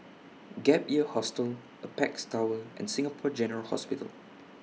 Gap Year Hostel Apex Tower and Singapore General Hospital